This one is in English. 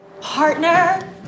Partner